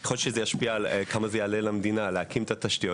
יכול להיות שזה ישפיע על כמה זה יעלה למדינה להקים את התשתיות,